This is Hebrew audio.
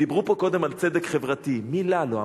דיברו פה קודם על צדק חברתי, מלה לא אמרו.